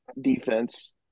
defense